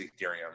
Ethereum